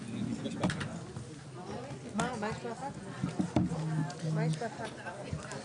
הישיבה ננעלה בשעה 11:44.